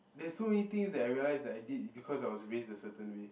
there's so many thing that I realised that I did is because I was raised a certain way